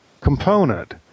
component